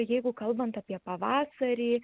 jeigu kalbant apie pavasarį